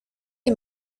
que